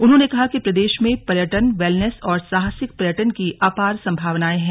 उन्होंने कहा कि प्रदेश में पर्यटन वेलनेस और साहसिक पर्यटन की अपार सम्भावनाएं हैं